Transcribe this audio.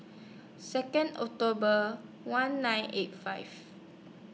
Second October one nine eight five